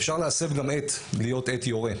אפשר גם להסב עט להיות עט יורה,